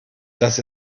dass